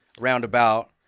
roundabout